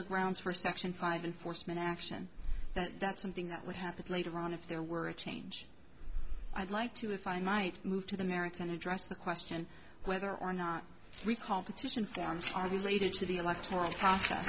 the grounds for section five enforcement action that that's something that would happen later on if there were a change i'd like to if i might move to the merits and address the question whether or not recall petition fans are related to the electoral process